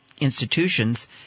institutions